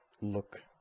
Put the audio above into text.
look